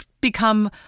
become